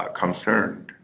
concerned